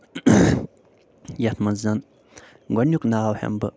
یَتھ منٛز زن گۄڈنیُک ناو ہٮ۪مہٕ بہٕ